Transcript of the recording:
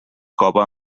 cova